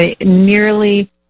nearly